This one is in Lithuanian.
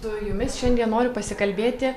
su jumis šiandien noriu pasikalbėti